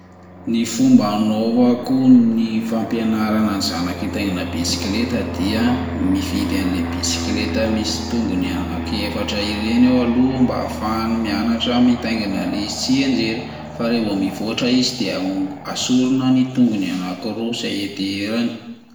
Ny fomba anaovako ny fampianarana ny zanako hitaingina bisikileta dia mividy anle bisikileta misy tongony anaky efatra ireny aho aloha mba ahafahany mianatra mitaingina any ilay izy tsy hejera, fa revo mivoatra izy dia ango- asorona ny tongony anaky roa izay hianteherany.